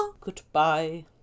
Goodbye